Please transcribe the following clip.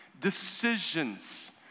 decisions